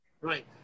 Right